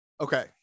okay